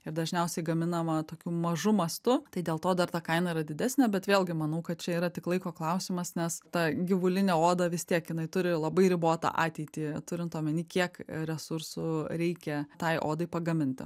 ir dažniausiai gaminama tokiu mažu mastu tai dėl to dar ta kaina yra didesnė bet vėlgi manau kad čia yra tik laiko klausimas nes ta gyvulinė oda vis tiek jinai turi labai ribotą ateitį turint omeny kiek resursų reikia tai odai pagaminti